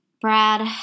Brad